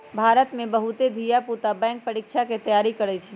भारत में बहुते धिया पुता बैंक परीकछा के तैयारी करइ छइ